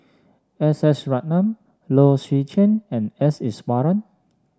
S S Ratnam Low Swee Chen and S Iswaran